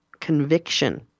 conviction